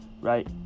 Right